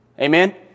Amen